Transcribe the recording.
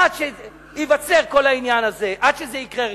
עד שייווצר כל העניין הזה, עד שזה יקרה.